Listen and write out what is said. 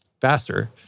faster